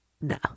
No